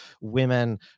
women